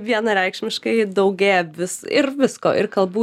vienareikšmiškai daugėja vis ir visko ir kalbų